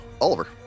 Oliver